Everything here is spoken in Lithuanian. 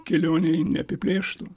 kelionėj neapiplėštų